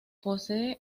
posee